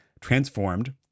transformed